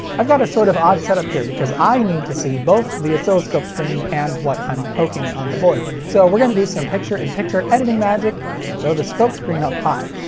i've got a sort of odd setup here, because i need to see both the oscilloscope screen and what i'm poking on the board, so we're gonna do some picture-in-picture editing magic and throw the scope screen up high.